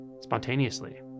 spontaneously